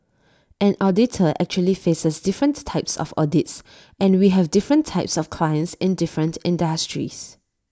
an auditor actually faces different types of audits and we have different types of clients in different industries